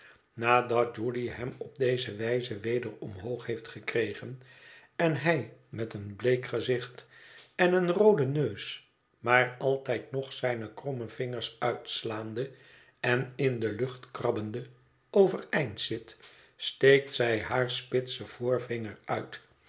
nadat judy hem op deze wijze weder omhoog heeft gekregen en hij met een bleek gezicht en een rooden neus maar altijd nog zijne kromme vingers uitslaande en in de lucht krabbende overeind zit steekt zij haar spitsen voorvinger uit